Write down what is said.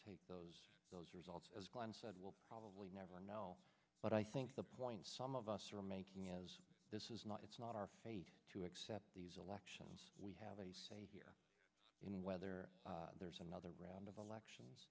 take those those results as planned said we'll probably never know but i think the point some of us are making is this is not it's not our fate to accept these elections we have a say in whether there's another round of elections